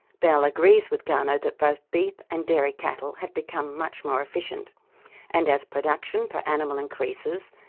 bell agrees with garnaut that both beef and dairy cattle have become much more efficient and as production per animal increases,